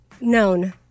known